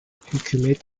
hükümet